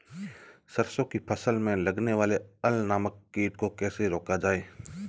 सरसों की फसल में लगने वाले अल नामक कीट को कैसे रोका जाए?